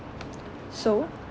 so